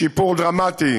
שיפור דרמטי